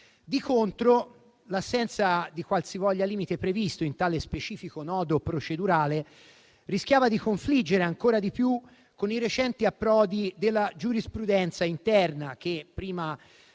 Di contro, l'assenza di qualsivoglia limite previsto in tale specifico nodo procedurale rischiava di confliggere ancora di più con i recenti approdi della giurisprudenza interna, atteso che prima la